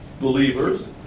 believers